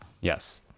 Yes